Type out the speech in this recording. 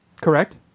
Correct